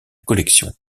collection